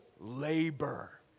labor